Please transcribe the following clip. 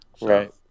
right